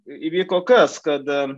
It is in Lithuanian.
įvyko kas kad